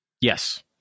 Yes